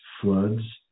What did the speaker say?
floods